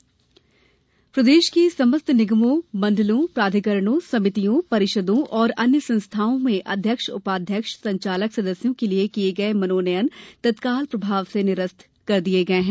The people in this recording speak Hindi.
ताबादले प्रदेश के समस्त निगमों मंडलों प्राधिकरणों समितियों परिषदों और अन्य संस्थाओं में अध्यक्ष उपाध्यक्ष संचालक सदस्यों के लिये किये गये मनोनयन तत्काल प्रभाव से निरास्त कर दिये गये है